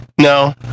No